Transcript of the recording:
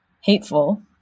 hateful